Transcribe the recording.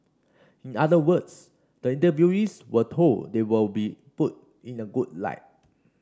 in other words the interviewees were told they will be put in a good light